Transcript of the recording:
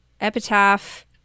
Epitaph